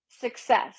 success